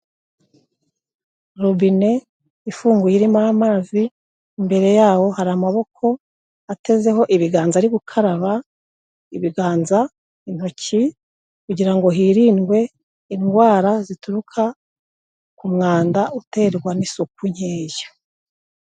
Robine ifunguye irimo amazi, imbere yaho hari amaboko atezeho ibiganza ari gukaraba, ibiganza, intoki kugira ngo hirindwe indwara zituruka ku mwanda uterwa n'isupu nkeya.